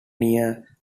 near